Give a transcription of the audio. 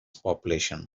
population